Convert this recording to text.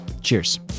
cheers